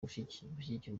gushyigikira